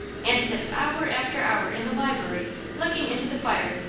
and sits hour after hour in the library looking into the fire,